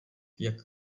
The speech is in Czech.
jak